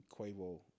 Quavo